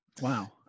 Wow